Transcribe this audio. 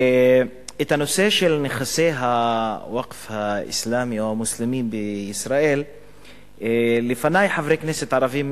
את הנושא של נכסי הווקף המוסלמי בישראל כבר העלו לפני חברי כנסת ערבים,